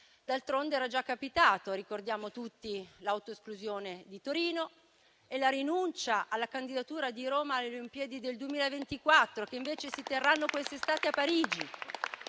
D'altronde, era già capitato: ricordiamo tutti l'autoesclusione di Torino e la rinuncia alla candidatura di Roma alle Olimpiadi del 2024, che invece si terranno quest'estate a Parigi.